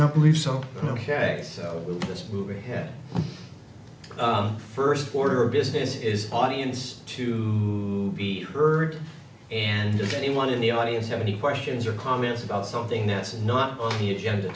not believe so ok so just move ahead first order of business is audience to be heard and to anyone in the audience have any questions or comments about something that's not on the agenda